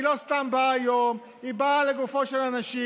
היא לא סתם באה היום, היא באה לגופם של אנשים,